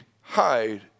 hide